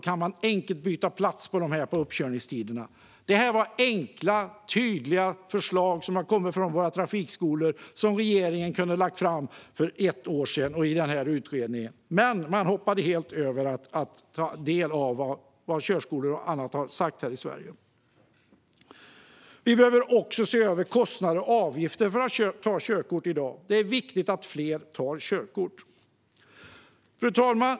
Då kan man enkelt byta plats för dessa vid uppkörningstiderna. Det här är enkla och tydliga förslag som trafikskolorna har lagt fram, och regeringen kunde ha tagit med förslagen i utredningen redan för ett år sedan. Men regeringen hoppade över att ta del av de förslag körskolorna förde fram. Det är också nödvändigt att se över kostnader och avgifter för att ta körkort i dag. Det är viktigt att fler tar körkort. Fru talman!